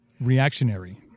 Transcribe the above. reactionary